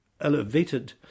elevated